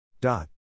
Dot